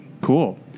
Cool